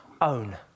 own